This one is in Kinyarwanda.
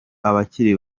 abakiri